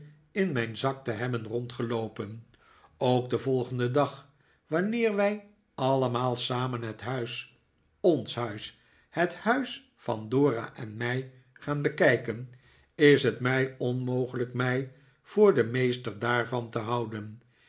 in mijn zak te hebben rondgeloopen ook den volgenden dag wanneer wij allemaal samen het huis ons huis het huis van dora en mij gaan bekijken is het mij onmogelijk mij voor den meester daarvan te houden